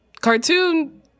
cartoon